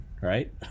right